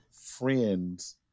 friends